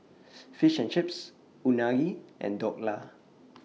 Fish and Chips Unagi and Dhokla